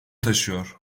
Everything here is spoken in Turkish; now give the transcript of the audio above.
taşıyor